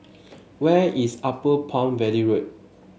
where is Upper Palm Valley Road